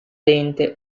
lente